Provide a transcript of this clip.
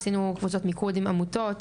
עשינו קבוצות מיקוד עם עמותות,